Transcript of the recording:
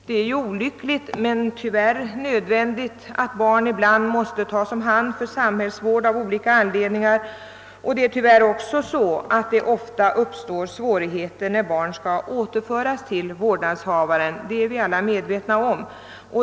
Det är olyckligt men tyvärr nödvändigt att barn ibland tas om hand för samhällsvård av olika anledningar, och det uppstår tyvärr ofta svårigheter när barn skall återföras till vårdnadshavaren — det är vi alla medvetna om.